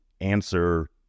answer